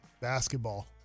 Basketball